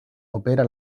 opera